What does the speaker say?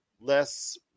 less